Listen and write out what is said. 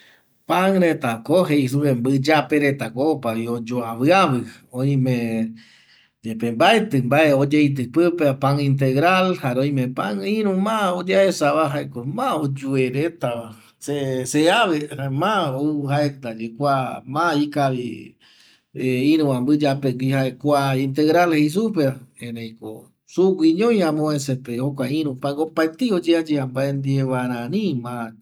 Pan retako mbƚyaperetako opavi oyoaviavi omeyepe mbaeti mbae oyeiti pipeva pan integral jare oime iru pan ma oyeaesava jaekom ma oyueretava seave jau jaendaye kua ma ikavi iruva mbiyapegui jae kua pan integral jei supeva ereiko suguiño amovecepe jokua iru pan opaetei oyeayea mbae ndie vara rari ma yau